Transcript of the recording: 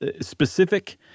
specific